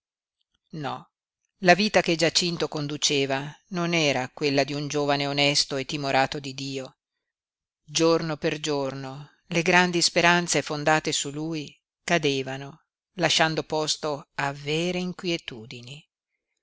no la vita che giacinto conduceva non era quella di un giovane onesto e timorato di dio giorno per giorno le grandi speranze fondate su lui cadevano lasciando posto a vere inquietudini